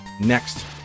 next